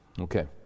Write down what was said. Okay